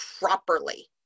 properly